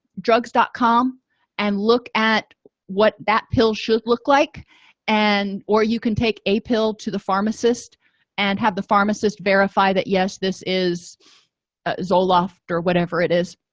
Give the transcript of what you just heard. drugs calm and look at what that pill should look like and or you can take a pill to the pharmacist and have the pharmacist verify that yes this is ah zoloft or whatever it is